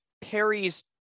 Perry's